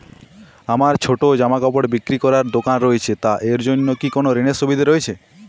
আমার ছোটো জামাকাপড় বিক্রি করার দোকান রয়েছে তা এর জন্য কি কোনো ঋণের সুবিধে রয়েছে?